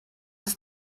ist